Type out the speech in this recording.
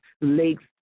lakes